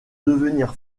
devenir